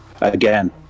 again